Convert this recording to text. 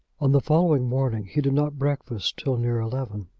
on the following morning he did not breakfast till near eleven.